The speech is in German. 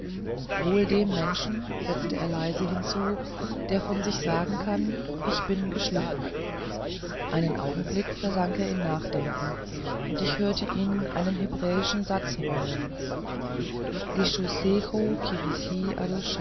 wohl dem menschen setzte er leise hinzu der von sich sagen kann ich bin geschliffen einen augenblick versank er in nachdenken und ich hörte ihn einen hebräischen satz murmeln lischuoscho